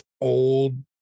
old